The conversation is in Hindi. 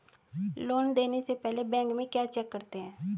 लोन देने से पहले बैंक में क्या चेक करते हैं?